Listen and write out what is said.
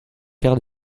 quart